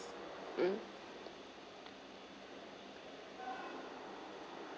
mm